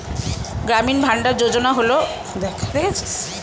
গ্রামীণ ভান্ডার যোজনা হল গ্রামে গোডাউন তৈরির এক ধরনের সরকারি উদ্যোগ